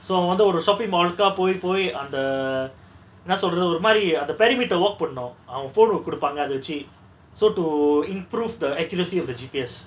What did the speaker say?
so அவ வந்து ஒரு:ava vanthu oru shopping mall கா போய் போய் அந்த என்ன சொல்ரது ஒருமாரி அந்த:ka poai poai antha enna solrathu orumari antha permit ah off பன்னு அவங்க:pannu avanga phone ஒன்னு குடுப்பாங்க அத வச்சு:onnu kudupaanga atha vachu so to improve the accuracy of the G_P_S